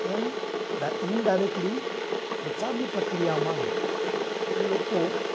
એમ ડા ઇન્ડિરેક્ટલી પ્રચારની પ્રક્રિયામાં એ લોકો